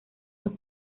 los